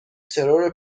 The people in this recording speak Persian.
ترور